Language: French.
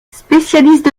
spécialiste